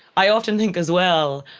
i often think as well.